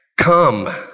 Come